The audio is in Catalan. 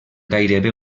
gairebé